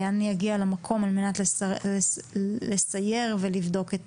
אני אגיע למקום על מנת לסייר ולבדוק את